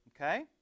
Okay